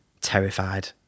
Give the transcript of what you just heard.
terrified